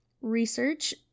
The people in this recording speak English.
Research